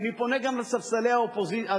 אני פונה גם לספסלי הקואליציה,